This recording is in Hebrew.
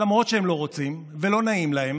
למרות שהם לא רוצים ולא נעים להם,